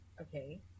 Okay